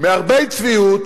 מהרבה צביעות,